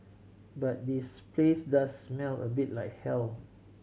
but this place does smell a bit like hell